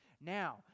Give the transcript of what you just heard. Now